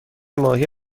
ماهی